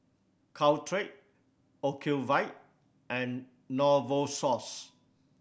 Caltrate Ocuvite and Novosource